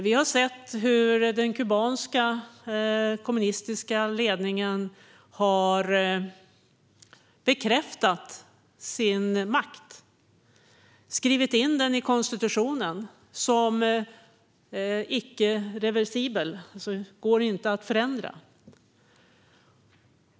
Vi har sett hur den kubanska kommunistiska ledningen har bekräftat sin makt och skrivit in den i konstitutionen som icke reversibel, det vill säga något som inte går att förändra.